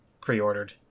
pre-ordered